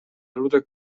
ludek